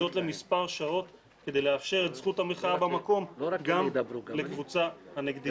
וזאת למספר שעות כדי לאפשר את זכות המחאה במקום גם לקבוצה הנגדית.